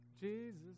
Jesus